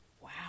Wow